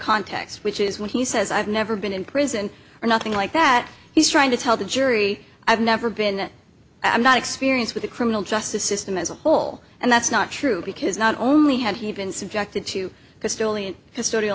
context which is when he says i've never been in prison or nothing like that he's trying to tell the jury i've never been i'm not experience with the criminal justice system as a whole and that's not true because not only had he been subjected to